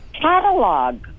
catalog